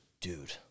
Dude